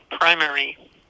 primary